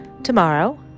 Tomorrow